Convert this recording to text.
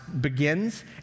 begins